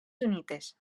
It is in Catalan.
sunnites